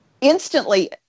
instantly